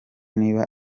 niba